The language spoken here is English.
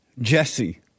Jesse